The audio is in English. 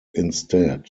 instead